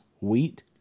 wheat